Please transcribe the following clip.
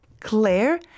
Claire